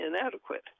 inadequate